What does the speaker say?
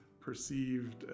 perceived